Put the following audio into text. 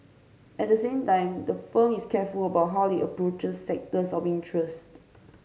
at the same time the firm is careful about how it approaches sectors of interest